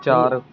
ਚਾਰ